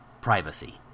Privacy